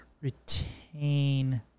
retain